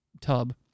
tub